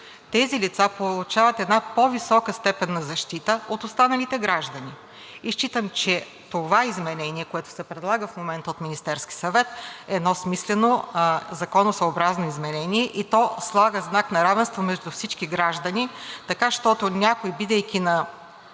тези лица получават една по-висока степен на защита от останалите граждани, и считам, че това изменение, което се предлага в момента от Министерския съвет, е едно смислено законосъобразно изменение и то слага знак на равенство между всички граждани, така щото някой, бидейки на